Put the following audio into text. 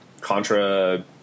Contra